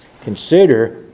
consider